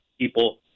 people—